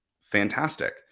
fantastic